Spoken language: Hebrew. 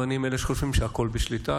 ואני מאלה שחושבים שהכול בשליטה,